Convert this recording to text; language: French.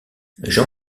jean